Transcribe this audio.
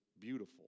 beautiful